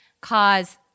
cause